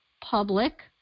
public